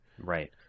Right